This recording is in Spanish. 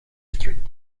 street